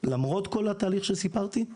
למרות כל התהליך שסיפרתי,